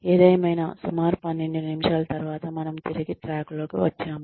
ఏదేమైనా సుమారు 12 నిమిషాల తరువాత మనము తిరిగి ట్రాక్ లోకి వచ్చాము